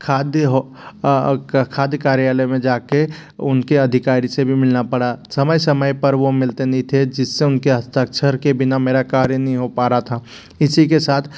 खाद्य हो खाद्य कार्यालय में जाकर उनके अधिकारी से भी मिलना पड़ा समय समय पर वह मिलते नहीं थे जिससे उनके हस्ताक्षर के बिना मेरा कार्य नहीं हो पा रहा था इसी के साथ